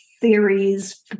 theories